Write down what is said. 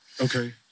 Okay